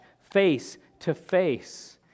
face-to-face